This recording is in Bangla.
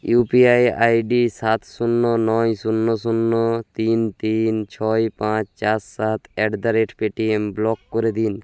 you P I I D সাত শূন্য নয় শূন্য শূন্য তিন তিন ছয় পাঁচ চার সাত at the rate Paytm block করে দিন